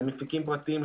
למפיקים פרטיים,